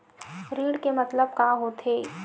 ऋण के मतलब का होथे?